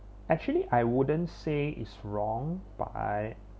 actually I wouldn't say it's wrong but